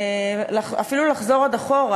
ואפילו לחזור עוד אחורה.